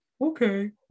okay